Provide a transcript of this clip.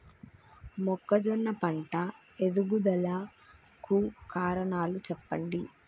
మొక్కజొన్న పంట ఎదుగుదల కు కారణాలు చెప్పండి?